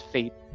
Fate